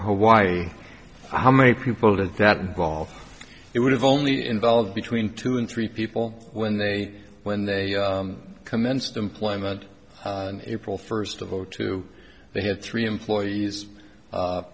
hawaii how many people did that involved it would have only involved between two and three people when they when they commenced employment april first of all two they had three employees